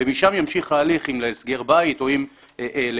ומשם ימשיך ההליך אם להסגר בית או אם להסגר